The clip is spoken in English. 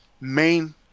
main